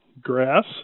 grass